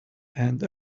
and